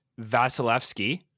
Vasilevsky